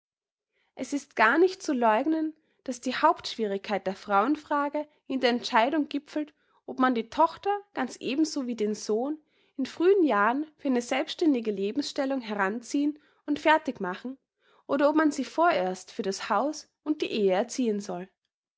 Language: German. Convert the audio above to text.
es ist gar nicht zu läugnen daß die hauptschwierigkeit der frauenfrage in der entscheidung gipfelt ob man die tochter ganz ebenso wie den sohn in frühen jahren für eine selbstständige lebensstellung heranziehen und fertig machen oder ob man sie vorerst für das haus und die ehe erziehen soll